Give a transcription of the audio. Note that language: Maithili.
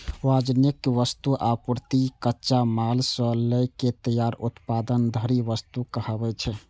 वाणिज्यिक वस्तु, आपूर्ति, कच्चा माल सं लए के तैयार उत्पाद धरि वस्तु कहाबै छै